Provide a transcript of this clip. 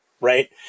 right